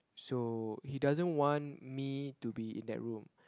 so he doesn't want me to be in that room